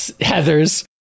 Heather's